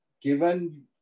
given